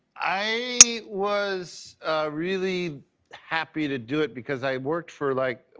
i was really happy to do it because i worked for, like,